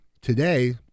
today